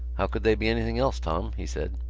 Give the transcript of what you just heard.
how could they be anything else, tom? he said.